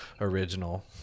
original